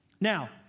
Now